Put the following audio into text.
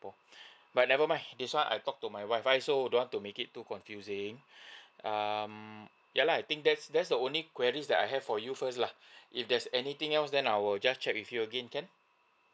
but never mind this one I talk to my wife I also don't want to make it too confusing um yeah lah I think that's that's the only queries that I have for you first lah if there's anything else then I will just check with you again can